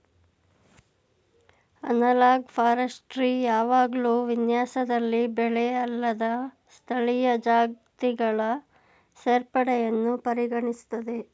analogue forestry ಯಾವಾಗ್ಲೂ ವಿನ್ಯಾಸದಲ್ಲಿ ಬೆಳೆಅಲ್ಲದ ಸ್ಥಳೀಯ ಜಾತಿಗಳ ಸೇರ್ಪಡೆಯನ್ನು ಪರಿಗಣಿಸ್ತದೆ